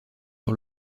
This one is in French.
sur